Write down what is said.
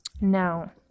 Now